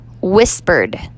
whispered